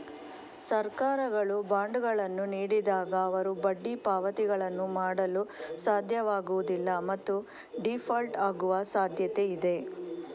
ಸರ್ಕಾರಗಳು ಬಾಂಡುಗಳನ್ನು ನೀಡಿದಾಗ, ಅವರು ಬಡ್ಡಿ ಪಾವತಿಗಳನ್ನು ಮಾಡಲು ಸಾಧ್ಯವಾಗುವುದಿಲ್ಲ ಮತ್ತು ಡೀಫಾಲ್ಟ್ ಆಗುವ ಸಾಧ್ಯತೆಯಿದೆ